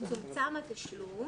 צומצם התשלום